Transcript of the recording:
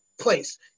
place